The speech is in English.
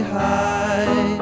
high